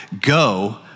go